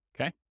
Okay